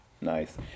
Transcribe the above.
nice